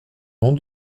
ans